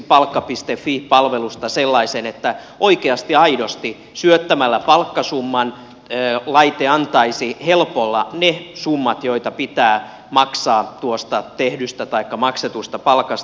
fi palvelusta sellaisen että oikeasti aidosti syöttämällä palkkasumman laite antaisi helpolla ne summat joita pitää maksaa tuosta tehdystä taikka maksetusta palkasta